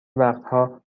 وقتها